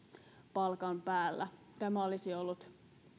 palkan päällä tämä olisi ollut